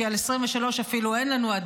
כי על 2023 אפילו עדיין אין לנו.